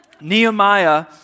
Nehemiah